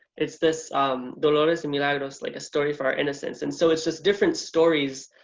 it's this dolores and milagros like a story for our innocence, and so it's just different stories